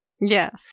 yes